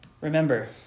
Remember